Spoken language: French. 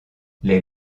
les